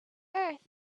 earth